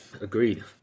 agreed